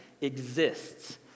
exists